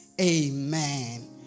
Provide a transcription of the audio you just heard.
Amen